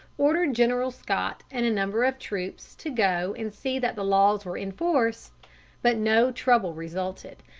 ordered general scott and a number of troops to go and see that the laws were enforced but no trouble resulted,